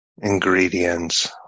ingredients